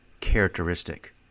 characteristic